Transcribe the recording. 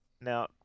Now